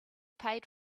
paid